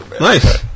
Nice